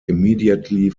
immediately